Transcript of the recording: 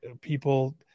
People